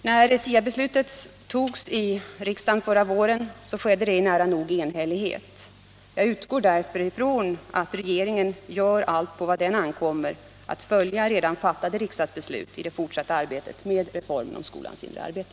När SIA-beslutet togs i riksdagen förra våren skedde det nära nog enhälligt. Jag utgår därför ifrån att regeringen gör allt vad på den ankommer för att följa redan fattade riksdagsbeslut i det fortsatta arbetet med reformen om skolans inre arbete.